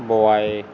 boy